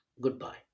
goodbye